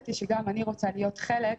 והחלטתי שגם אני רוצה להיות חלק,